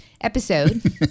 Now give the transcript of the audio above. episode